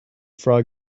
frog